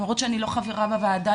למרות שאני לא חברה בוועדה,